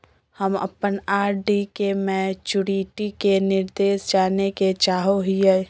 हम अप्पन आर.डी के मैचुरीटी के निर्देश जाने के चाहो हिअइ